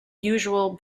usual